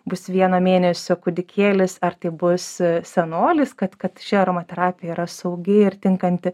bus vieno mėnesio kūdikėlis ar tai bus senolis kad kad ši aromaterapija yra saugi ir tinkanti